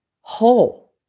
whole